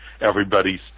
everybody's